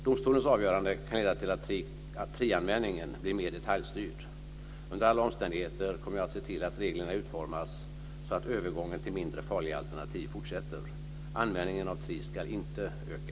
Domstolens avgörande kan leda till att trianvändningen blir mer detaljstyrd. Under alla omständigheter kommer jag att se till att reglerna utformas så att övergången till mindre farliga alternativ fortsätter. Användningen av tri ska inte öka.